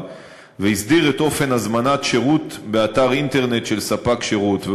והסדיר את אופן הזמנת שירות באתר אינטרנט של ספק שירות.